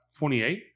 28